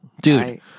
Dude